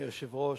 אדוני היושב-ראש,